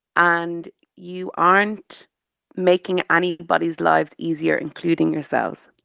and you aren't making anybody's lives easier, including yourselves